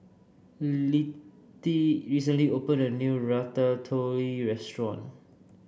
Littie recently opened a new Ratatouille restaurant